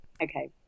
Okay